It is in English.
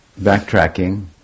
Backtracking